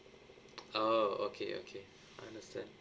oh okay okay I understand